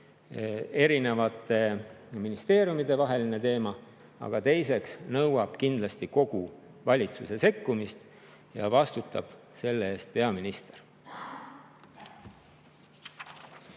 erinevate ministeeriumide vaheline teema, aga teiseks nõuab see kindlasti kogu valitsuse sekkumist. Ja vastutab selle eest peaminister.